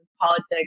politics